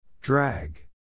Drag